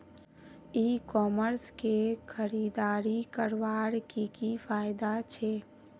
ई commerce से खरीदारी करवार की की फायदा छे?